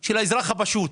של האזרח הפשוט.